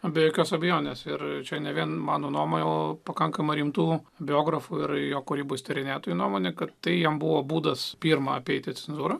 be jokios abejonės ir čia ne vien mano nuomonė o pakankamai rimtų biografų ir jo kūrybos tyrinėtojų nuomonė kad tai jam buvo būdas pirma apeiti cenzūrą